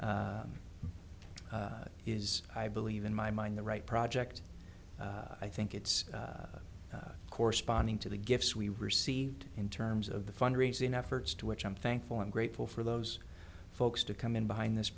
is i believe in my mind the right project i think it's corresponding to the gifts we received in terms of the fundraising efforts to which i'm thankful and grateful for those folks to come in behind this